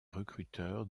recruteur